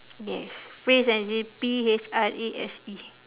yes phrase as in P H R A S E